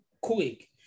quick